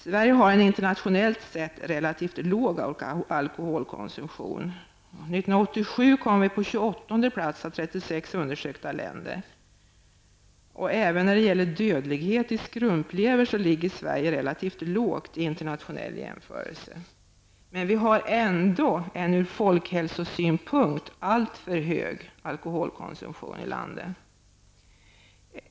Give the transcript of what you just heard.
Sverige har en internationellt sett relativt låg alkoholkonsumtion. År 1987 kom vi på 28:e plats av 36 undersökta länder. Även när det gäller dödlighet i skrumplever ligger Sverige relativt lågt vid en internationell jämförelse. Men vi har ändå en ur folkhälsosynpunkt alltför hög alkoholkonsumtion i landet.